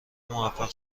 موفق